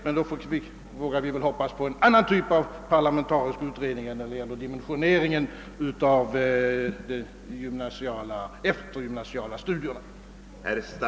Men då vågar vi väl hoppas på en annan typ av parlamentarisk utredning än den som nu bereder frågan om dimensioneringen av de eftergymnasiala studierna.